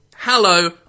Hello